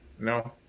No